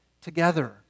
together